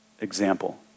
example